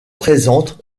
présentent